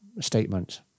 statement